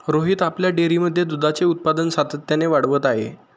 रोहित आपल्या डेअरीमध्ये दुधाचे उत्पादन सातत्याने वाढवत आहे